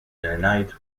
denied